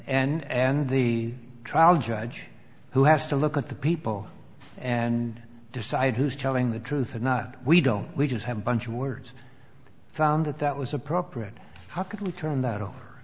and and the trial judge who has to look at the people and decide who's telling the truth or not we don't we just have a bunch of words from that that was appropriate how can we turn th